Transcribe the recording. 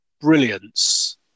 brilliance